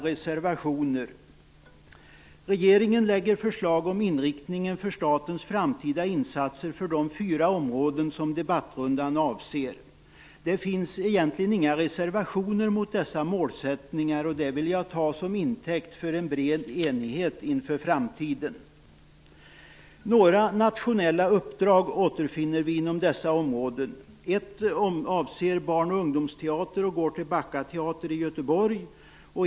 Regeringen lägger förslag om inriktningen av statens framtida insatser för de fyra områden som debattrundan avser. Det finns egentligen inga reservationer mot dessa målsättningar, och det vill jag ta som intäkt för en bred enighet inför framtiden. Några nationella uppdrag återfinner vi inom dessa områden. Ett uppdrag avser barn och ungdomsteater och går till Backa teater i Göteborg.